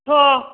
थौ